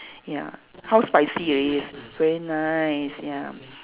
ya how spicy already it's very nice ya